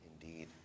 indeed